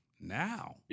Now